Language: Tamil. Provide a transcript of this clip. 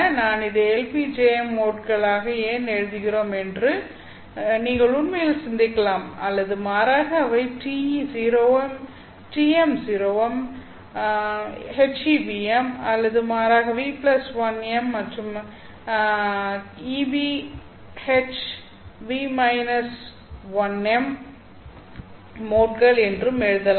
நாம் இதை LPjm மோட்களாக ஏன் ஏன் எழுதுகிறோம் என்று நீங்கள் உண்மையில் சிந்திக்கலாம் அல்லது மாறாக அவை TE0m TM0m HEνm அல்லது மாறாக ν1m மற்றும் EHν 1m மோட்கள் என்றும் எழுதலாம்